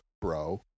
Bro